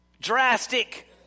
Drastic